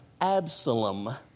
Absalom